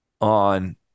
on